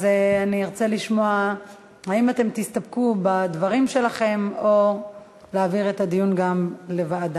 אני ארצה לשמוע האם תסתפקו בדברים שלכם או שנעביר את הדיון גם לוועדה.